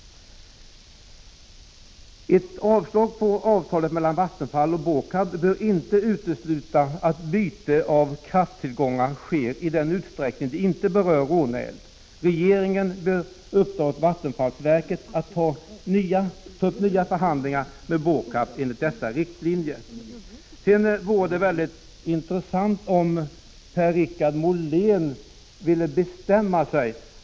Ett avslag på avtalet mellan Vattenfall och BÅKAB bör inte utesluta att byte av krafttillgångar sker i den utsträckning det inte berör Råneälven. Regeringen bör uppdra åt vattenfallsverket att ta upp nya förhandlingar med BÅKAB enligt dessa riktlinjer. Det vore väldigt intressant om Per-Richard Molén ville bestämma sig.